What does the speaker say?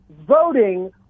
voting